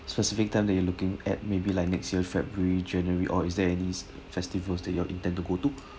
specific time that you're looking at maybe like next year february january or is there any festivals that you all intend to go to